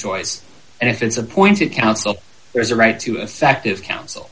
choice and if it's appointed counsel there's a right to effective counsel